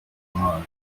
impano